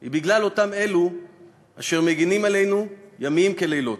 היא אותם אלו אשר מגינים עלינו ימים ולילות.